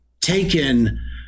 taken